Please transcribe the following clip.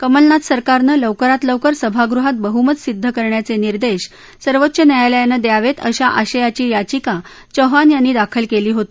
कमलनाथ सरकारनं लवकरात लवकर सभागृहात बह्मत सिद्ध करण्याचे निर्देश सर्वोच्च न्यायालयानं द्यावेत अश्या आशयाची याचिका चौहान यांनी दाखल केली होती